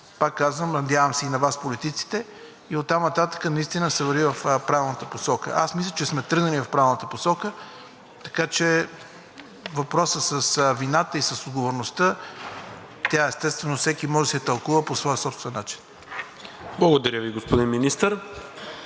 Пак казвам, надявам се и на Вас политиците, и оттам да се върви в правилната посока. Мисля, че сме тръгнали в правилната посока. Така че въпросът с вината и с отговорността, тя естествено всеки може да си я тълкува по своя собствен начин. ПРЕДСЕДАТЕЛ НИКОЛА МИНЧЕВ: